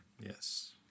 Yes